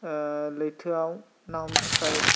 लैथोआव ना हमनो थाखाय